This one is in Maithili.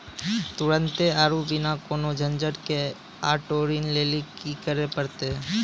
तुरन्ते आरु बिना कोनो झंझट के आटो ऋण लेली कि करै पड़तै?